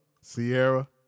Sierra